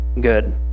good